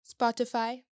Spotify